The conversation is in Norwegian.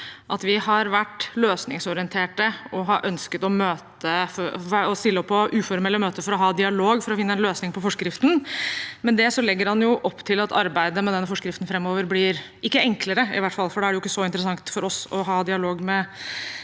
at vi har vært løsningsorienterte og har ønsket å stille opp på uformelle møter for å ha dialog og finne en løsning på forskriften. Med det legger han opp til at arbeidet med denne forskriften framover i hvert fall ikke blir enklere, for da er det ikke så interessant for oss å ha dialog med